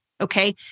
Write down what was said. okay